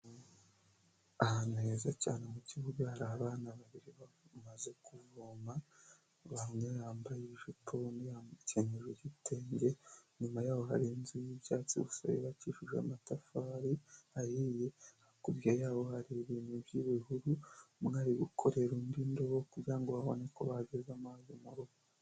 Ahantu heza cyane mu kibuga hari abana babiri bamaze kuvoma, umwe yambaye ijipo yambukenyero gitenge, inyuma yaho hari inzu y'ibyatsi gusa yubakishijejwe amatafari ahiye, hakurya yaho hari ibintu by'ibihuru, umwe ari gukorera undi indobo kugirango babone uko bahageza amazi mu rugo.